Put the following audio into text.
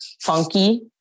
funky